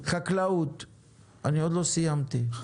עוד לא סיימתי.